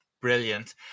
brilliant